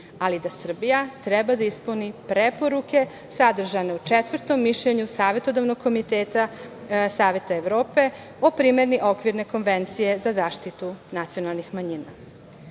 ali da Srbija treba da ispuni preporuke sadržane u četvrtom mišljenju Savetodavnog komiteta Saveta Evrope o primeni Okvirne konvencije za zaštitu nacionalnih